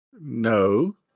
No